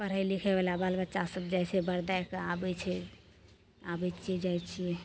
पढ़ै लिखैवला बाल बच्चासभ जाइ छै बरदैके आबै छै आबै छिए जाइ छिए